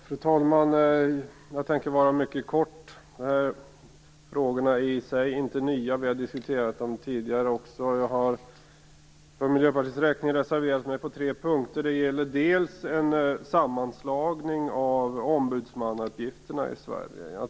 Fru talman! Jag tänker vara mycket kortfattad. Frågorna i sig är inte nya. Vi har diskuterat dem tidigare. För Miljöpartiets räkning har jag reserverat mig på tre punkter. Det gäller till att börja med en sammanslagning av ombudsmannauppgifterna i Sverige.